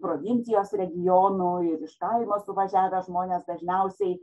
provincijos regionų ir iš kaimo suvažiavę žmonės dažniausiai